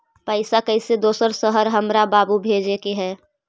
पैसा कैसै दोसर शहर हमरा बाबू भेजे के है?